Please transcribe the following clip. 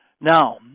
Now